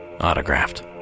autographed